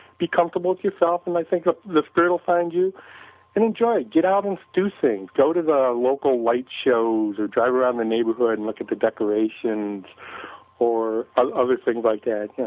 be comfortable with yourself and i think ah the spirit will find you and enjoy it, get out and do things, go to the local lightshows or drive around the neighborhood and like with the decorations or ah other things like that, yeah